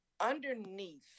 Underneath